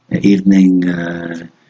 evening